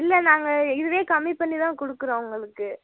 இல்லை நாங்கள் இதுவே கம்மி பண்ணி தான் கொடுக்குறோம் உங்களுக்கு